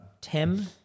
Tim